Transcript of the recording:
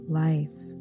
life